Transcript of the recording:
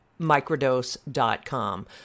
microdose.com